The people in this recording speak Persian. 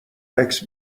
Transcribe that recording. عکس